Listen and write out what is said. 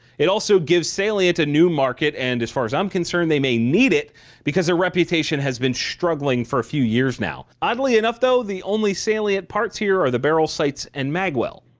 it also gives salient a new market and as far as i'm concerned they may need it because their reputation has been struggling for a few years now. oddly enough though, the only salient parts here are the barrel, sights and magwell.